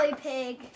pig